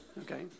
Okay